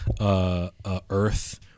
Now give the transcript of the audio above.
Earth